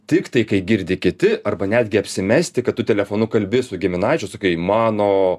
tiktai kai girdi kiti arba netgi apsimesti kad tu telefonu kalbi su giminaičiu sakai mano